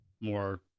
more